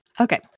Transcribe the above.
Okay